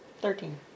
Thirteen